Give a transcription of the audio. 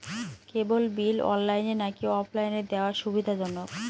কেবল bill অনলাইনে নাকি অফলাইনে দেওয়া সুবিধাজনক?